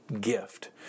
gift